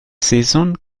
season